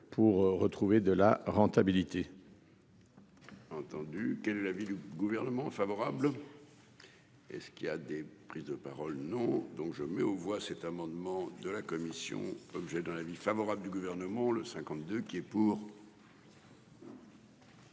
pour retrouver de la rentabilité.